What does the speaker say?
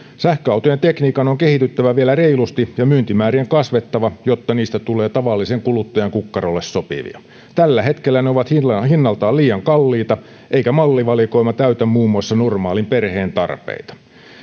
sähköautojen tekniikan on kehityttävä vielä reilusti ja myyntimäärien kasvettava jotta niistä tulee tavallisen kuluttajan kukkarolle sopivia tällä hetkellä ne ovat hinnaltaan hinnaltaan liian kalliita eikä mallivalikoima täytä muun muassa normaalin perheen tarpeita